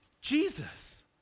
Jesus